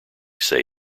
say